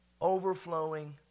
overflowing